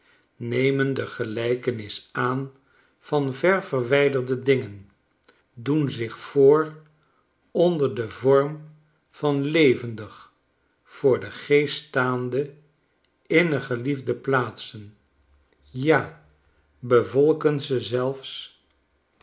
nemen de gelijkenis aan van ver verwijderde dingen doen zich voor onder den vorm van levendig voor den geest staande innig geliefde plaatsen ja bevolken ze zelfs